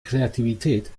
kreativität